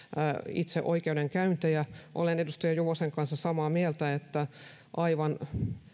itse oikeudenkäyntejä olen edustaja juvosen kanssa samaa mieltä että aivan